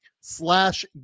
slash